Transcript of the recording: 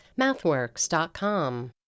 MathWorks.com